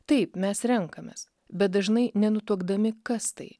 taip mes renkamės bet dažnai nenutuokdami kas tai